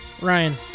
Ryan